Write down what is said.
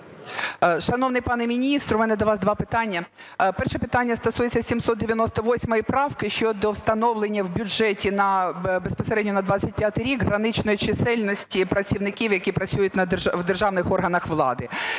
Шановний пане міністр, у мене до вас два питання. Перше питання стосується 798 правки щодо встановлення в бюджеті безпосередньо на 2025 рік граничної чисельності працівників, які працюють в державних органах влади.